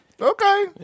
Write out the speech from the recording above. Okay